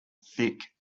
thick